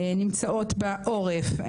נמצאות בעורף,